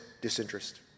disinterest